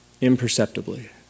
imperceptibly